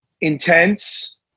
intense